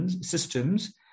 systems